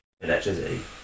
electricity